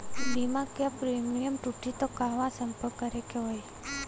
बीमा क प्रीमियम टूटी त कहवा सम्पर्क करें के होई?